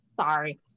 sorry